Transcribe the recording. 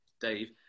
Dave